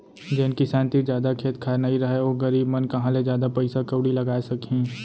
जेन किसान तीर जादा खेत खार नइ रहय ओ गरीब मन कहॉं ले जादा पइसा कउड़ी लगाय सकहीं